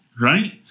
right